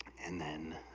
and then,